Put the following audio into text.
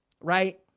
right